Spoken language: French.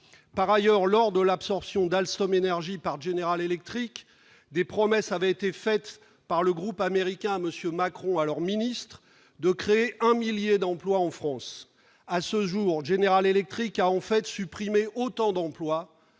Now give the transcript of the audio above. Par ailleurs, lors de l'absorption d'Alstom-énergie par General Electric, des promesses avaient été faites par le groupe américain à M. Macron, alors ministre, de créer un millier d'emplois en France. À ce jour, General Electric en a, en fait, supprimé autant, comme